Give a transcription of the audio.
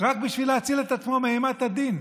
רק בשביל להציל את עצמו מאימת הדין.